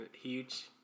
huge